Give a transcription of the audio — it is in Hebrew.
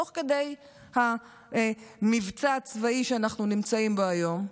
תוך כדי המבצע הצבאי שאנחנו נמצאים בו היום,